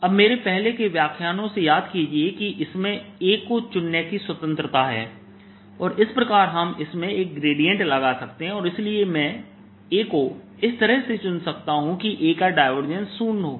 अब मेरे पहले के व्याख्यानों से याद कीजिए कि इसमें A को चुनने की स्वतंत्रता है और इस प्रकार हम इसमें एक ग्रेडिएंट लगा सकते हैं और इसलिए मैं A को इस तरह से चुन सकता हूं कि A का डायवर्जेंस शून्य हो